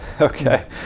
okay